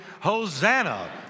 Hosanna